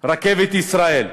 רכבת ישראל.